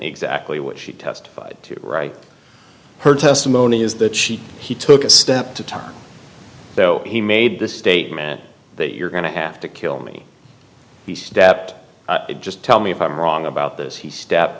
exactly what she testified to right her testimony is that she he took a step to time though he made the statement that you're going to have to kill me he stepped just tell me if i'm wrong about this he step